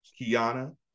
Kiana